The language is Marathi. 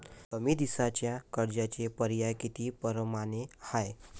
कमी दिसाच्या कर्जाचे पर्याय किती परमाने हाय?